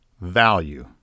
value